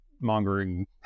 mongering